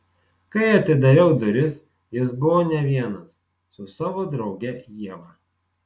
kai atidariau duris jis buvo ne vienas su savo drauge ieva